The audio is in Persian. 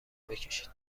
بکشید